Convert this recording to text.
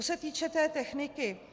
Co se týče té techniky.